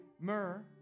myrrh